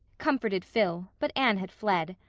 comforted phil, but anne had fled.